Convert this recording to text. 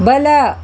ಬಲ